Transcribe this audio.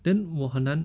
then 我很难